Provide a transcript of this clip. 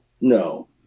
no